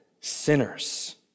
sinners